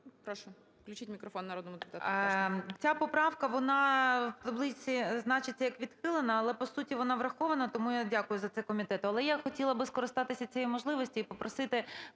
ПТАШНИК В.Ю. Ця поправка, вона в таблиці значиться як відхилена, але, по суті, вона врахована, тому я дякую за це комітету. Але я хотіла б скористатися цією можливістю і попросити